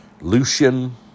Lucian